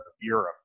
europe